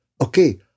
Okay